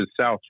south